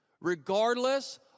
regardless